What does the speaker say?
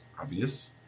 obvious